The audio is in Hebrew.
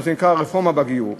מה שנקרא רפורמה בגיור,